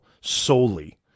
solely